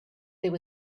there